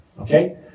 Okay